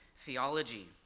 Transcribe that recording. theology